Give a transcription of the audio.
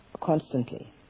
constantly